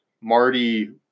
Marty